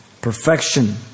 perfection